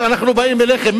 אנחנו באים אליכם.